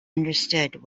understood